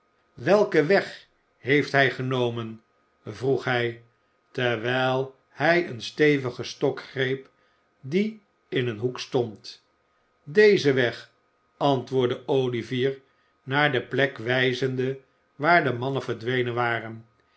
welken weg heeft hij genomen vroeg hij terwijl hij een stevigen stok greep die in een hoek stond dezen weg antwoordde o ivier naar de plek wijzende waar de mannen verdwenen waren